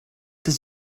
does